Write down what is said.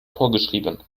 vorgeschrieben